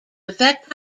affect